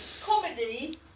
comedy